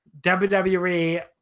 wwe